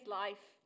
life